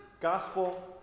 gospel